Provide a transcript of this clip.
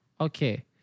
Okay